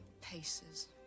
paces